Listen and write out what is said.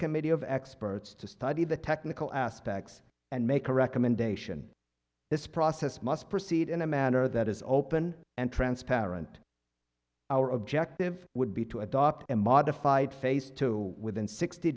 committee of experts to study the technical aspects and make a recommendation this process must proceed in a manner that is open and transparent our objective would be to adopt a modified face to within sixty